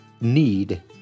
need